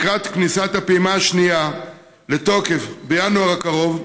לקראת כניסת הפעימה השנייה לתוקף, בינואר הקרוב,